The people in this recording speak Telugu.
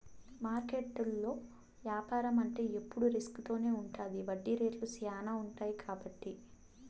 మార్కెట్లో యాపారం అంటే ఎప్పుడు రిస్క్ తోనే ఉంటది వడ్డీ రేట్లు శ్యానా ఉంటాయి కాబట్టి